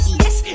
yes